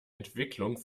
entwicklung